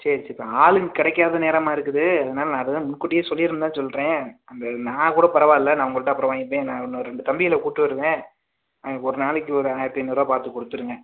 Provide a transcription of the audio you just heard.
சரி சரி இப்போ ஆளுங்கள் கிடைக்காத நேரமாக இருக்குது அதனால் நான் அதை தான் முன்கூட்டியே சொல்லிரணும் தான் சொல்கிறேன் அந்த நான் கூட பரவாயில்லை நான் உங்கள்கிட்ட அப்புறம் வாங்கிப்பேன் நான் இன்னும் ரெண்டு தம்பிகளை கூட்டு வருவேன் அவங்களுக்கு ஒரு நாளைக்கு ஒரு ஆயிரத்தி ஐந்நூறுபா பார்த்து கொடுத்துடுங்க